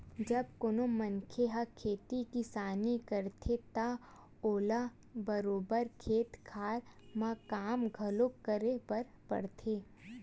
जब कोनो मनखे ह खेती किसानी करथे त ओला बरोबर खेत खार म काम घलो करे बर परथे